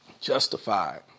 Justified